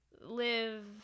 live